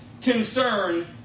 concern